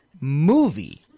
movie